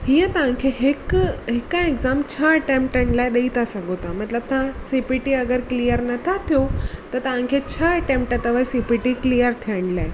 हीअं तव्हांखे हिक हिक एक्ज़ाम छह अटैम्पटनि ॾई था सघो था मतिलब तव्हां सीपीटी अगरि क्लिअर नथा थियो त तव्हांखे छह अटैम्पट अथव सीपीटी क्लिअर थियनि लाइ